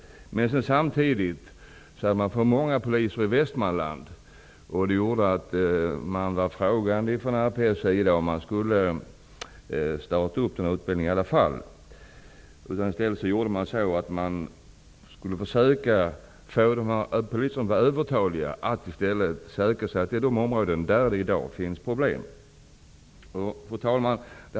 Samtidigt hade man för många poliser i Västmanland, vilket gjorde att man från RPS sida ändå ställde sig frågande inför att starta denna utbildning. I stället försökte man att få dem som var övertaliga att söka sig till de områden där det i dag finns problem. Fru talman!